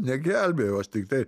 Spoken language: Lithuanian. negelbėjau aš tiktai